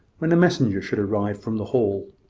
when a messenger should arrive from the hall.